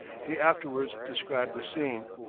he afterwards described the scene.